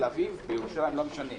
אני לא מכירה